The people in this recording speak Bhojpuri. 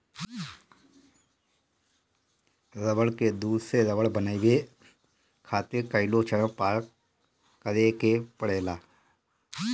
रबड़ के दूध से रबड़ बनावे खातिर कईगो चरण पार करे के पड़ेला